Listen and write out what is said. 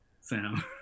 Sam